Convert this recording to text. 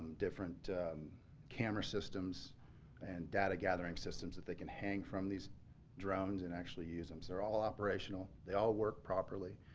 different camera systems and data gathering systems that they can hang from these drones and actually use them. they're all operational, they all work properly,